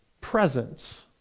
presence